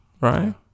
right